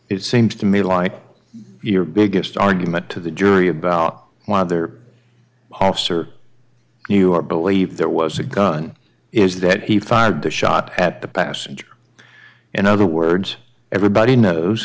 it seems to me like your biggest argument to the jury about whether hoff's or you are believe there was a gun is that he fired the shot at the passenger in other words everybody knows